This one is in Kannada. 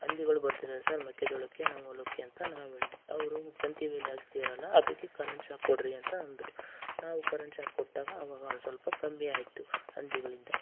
ಹಂದಿಗಳು ಬರ್ತಿದಾವೆ ಸರ್ ಮೆಕ್ಕೆಜೋಳಕ್ಕೆ ನಮ್ಮ ಹೊಲುಕ್ಕೆ ಅಂತ ನಾವು ಹೇಳಿದ್ವಿ ಅವರು ತಂತಿ ಬೇಲಿ ಹಾಕಿಸ್ತೀರಲ್ಲ ಅದಕ್ಕೆ ಕರೆಂಟ್ ಶಾಕ್ ಕೊಡಿರಿ ಅಂತ ಅಂದರು ನಾವು ಕರೆಂಟ್ ಶಾಕ್ ಕೊಟ್ಟಾಗ ಆವಾಗ ಒಂದು ಸ್ವಲ್ಪ ಕಮ್ಮಿ ಆಯಿತು ಹಂದಿಗಳಿಂದ